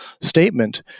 statement